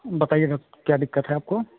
बताईए सर क्या दिक्कत है आपको